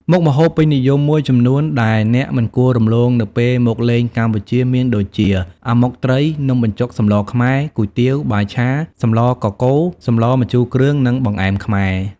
មុខម្ហូបពេញនិយមមួយចំនួនដែលអ្នកមិនគួររំលងនៅពេលមកលេងកម្ពុជាមានដូចជា អាម៉ុកត្រី នំបញ្ចុកសម្លរខ្មែរ គុយទាវ បាយឆា សម្លរកកូរ សម្លរម្ជូរគ្រឿង និងបង្អែមខ្មែរ ។